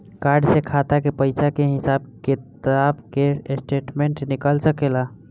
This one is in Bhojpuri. कार्ड से खाता के पइसा के हिसाब किताब के स्टेटमेंट निकल सकेलऽ?